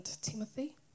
Timothy